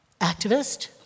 activist